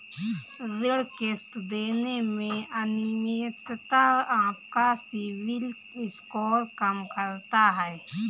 ऋण किश्त देने में अनियमितता आपका सिबिल स्कोर कम करता है